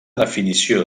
definició